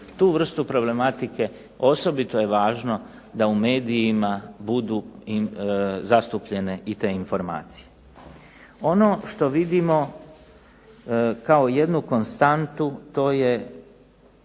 tu vrstu problematike osobito je važno da u medijima budu zastupljene i te informacije. Ono što vidimo kao jednu konstantu to je